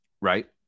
Right